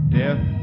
death